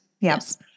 Yes